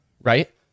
right